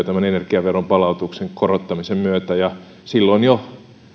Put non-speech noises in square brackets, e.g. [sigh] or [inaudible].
[unintelligible] tämän energiaveron palautuksen korottamisen myötä silloin jo